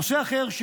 נושא אחר,